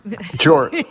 Sure